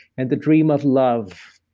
and the dream of love.